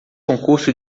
concurso